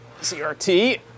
CRT